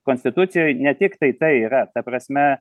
konstitucijoj ne tiktai tai yra ta prasme